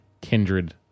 kindred